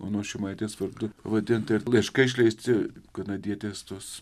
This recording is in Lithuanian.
onos šimaitės vardu pavadinta ir laiškai išleisti kanadietė tos